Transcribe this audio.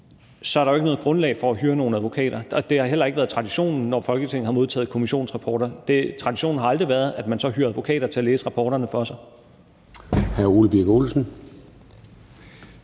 så er der jo ikke noget grundlag for at hyre nogen advokater. Det har heller ikke været traditionen, når Folketinget har modtaget kommissionsrapporter; traditionen har aldrig været, at man så hyrede advokater til at læse rapporterne for sig.